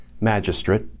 magistrate